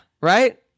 Right